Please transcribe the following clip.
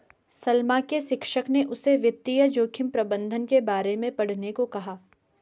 सलमा के शिक्षक ने उसे वित्तीय जोखिम प्रबंधन के बारे में पढ़ने को कहा